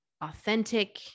authentic